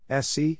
SC